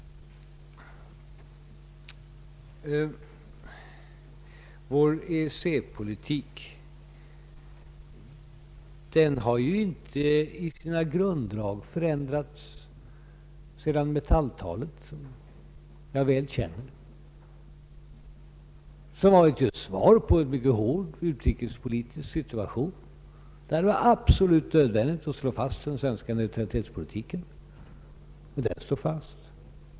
Vår EEC-politik har inte i sina grunddrag förändrats sedan Metalltalet, som jag väl känner, och som var ett inlägg i en mycket hård utrikespolitisk situation där det var absolut nödvändigt att slå fast den svenska neutralitetspolitiken och klart deklarera att den står fast.